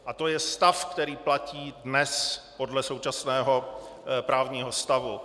A to je stav, který platí dnes podle současného právního stavu.